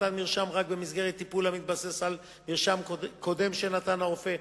מתן מרשם רק במסגרת טיפול המתבסס על מרשם קודם שנתן רופא,